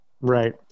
Right